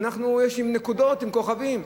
עם נקודות, עם כוכבים.